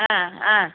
ആ ആ